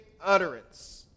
utterance